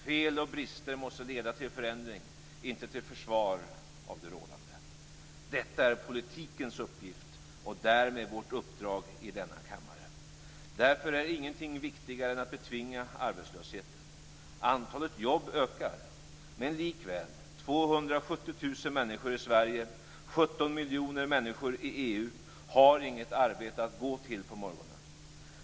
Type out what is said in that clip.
Fel och brister måste leda till förändring, inte till försvar av det rådande. Detta är politikens uppgift och därmed vårt uppdrag i denna kammare. Därför är ingenting viktigare än att betvinga arbetslösheten. Antalet jobb ökar, men likväl: 270 000 har inget arbete att gå till på morgonen.